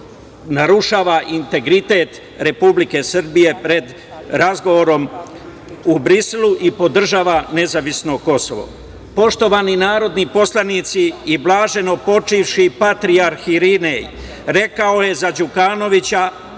narušava integritet Republike Srbije pred razgovorom u Briselu i podržava nezavisno Kosovo. Poštovani narodni poslanici, i blaženopočivši patrijarh Irinej rekao je za Đukanovića